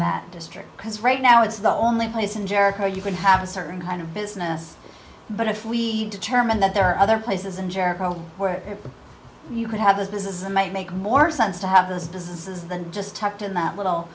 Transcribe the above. that district because right now it's the only place in jericho you can have a certain kind of business but if we determine that there are other places in jericho where you could have as this is a might make more sense to have those diseases than just tucked in that little